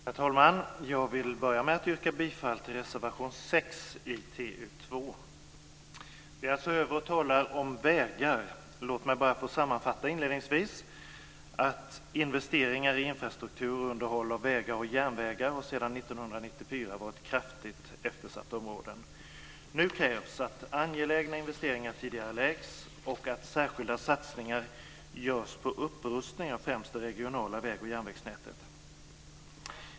Herr talman! Jag vill börja med att yrka bifall till reservation 6 i TU2. Vi talar alltså om vägar nu. Låt mig inledningsvis få sammanfatta att investeringar i infrastruktur och underhåll av vägar och järnvägar sedan 1994 har varit kraftigt eftersatta områden. Nu krävs att angelägna investeringar tidigareläggs och att särskilda satsningar görs på upprustning av främst det regionala vägoch järnvägsnätet.